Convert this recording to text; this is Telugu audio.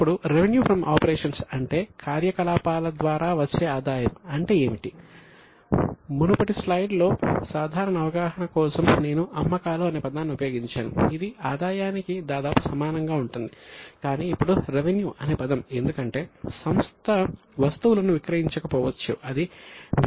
ఇప్పుడు రెవెన్యూ ఫ్రమ్ ఆపరేషన్స్ అనే పదం ఎందుకంటే సంస్థ వస్తువులను విక్రయించకపోవచ్చు అది వివిధ రకాల సేవలను కూడా అందిస్తుంది